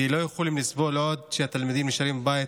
כי לא יכולים לסבול עוד שהתלמידים נשארים בבית